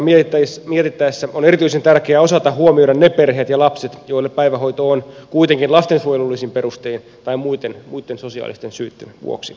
päivähoidon rajaamisperusteita mietittäessä on erityisen tärkeää osata huomioida ne perheet ja lapset joille päivähoito on kuitenkin lastensuojelullisin perustein tai muitten sosiaalisten syitten vuoksi tärkeää